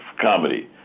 comedy